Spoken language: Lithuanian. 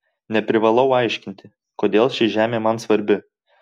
neprivalau aiškinti kodėl ši žemė man svarbi